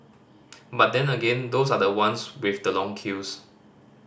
but then again those are the ones with the long queues